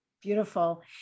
Beautiful